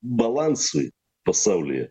balansui pasaulyje